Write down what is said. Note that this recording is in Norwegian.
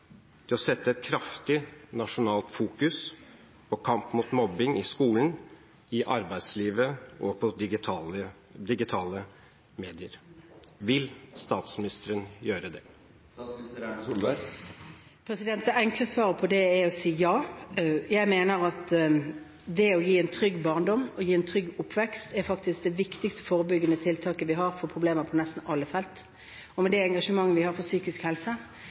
til å sette et kraftig nasjonalt fokus på kampen mot mobbing i skolen, i arbeidslivet og på digitale medier. Vil statsministeren gjøre det? Det enkle svaret på det er ja. Jeg mener at det å gi en trygg barndom, å gi en trygg oppvekst, faktisk er det viktigste forebyggende tiltaket vi har mot problemer på nesten alle felt. I vårt engasjement for psykisk helse og for å løfte utdanningssamfunnet, er det